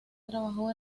trabajó